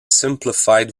simplified